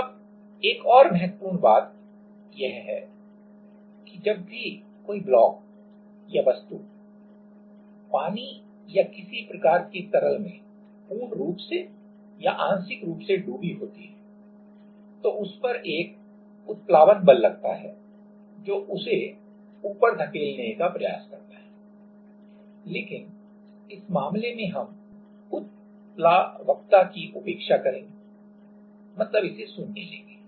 अब एक और महत्वपूर्ण बात यह है कि जब भी कोई ब्लॉक या वस्तु पानी या किसी प्रकार के तरल में पूर्ण या आंशिक रूप से डूबी होती है तो उस पर एक उत्प्लावन बल लगता है जो उसे ऊपर धकेलने का प्रयास करता है लेकिन इस मामले में हम उत्प्लावकता की उपेक्षा करेंगे शून्य लेंगे